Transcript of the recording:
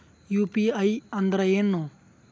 UPI ಅಂದ್ರೆ ಏನು?